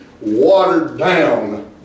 watered-down